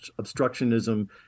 obstructionism